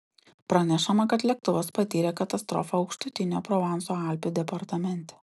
pranešama kad lėktuvas patyrė katastrofą aukštutinio provanso alpių departamente